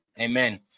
Amen